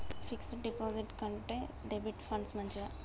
Fix డ్ డిపాజిట్ల కంటే డెబిట్ ఫండ్స్ మంచివా?